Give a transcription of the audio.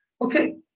okay